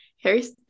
Harry's